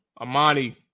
Amani